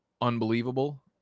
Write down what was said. unbelievable